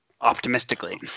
optimistically